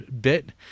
bit